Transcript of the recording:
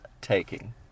taking